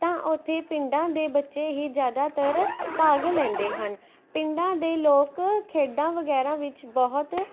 ਤਾਂ ਉੱਥੇ ਪਿੰਡਾਂ ਦੇ ਬੱਚੇ ਹੀ ਜ਼ਿਆਦਾਤਰ ਭਾਗ ਲੈਂਦੇ ਹਨ ਪਿੰਡਾਂ ਦੇ ਲੋਕ ਖੇਡਾਂ ਵਗੈਰਾ ਵਿੱਚ ਬਹੁਤ